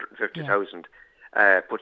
150,000